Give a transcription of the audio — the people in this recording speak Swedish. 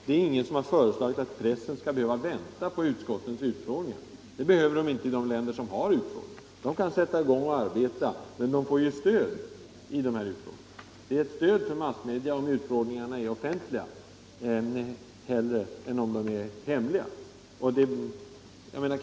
Det är ingen som föreslagit att pressen skall behöva vänta på utskottens utfrågningar. Det behöver de inte göra i de länder som har utfrågningar. De kan sätta i gång och arbeta, men de får stöd i de här utfrågningarna. Det är ett stöd för massmedia om utfrågningarna är of — Offentliga utskottsfentliga i stället för hemliga.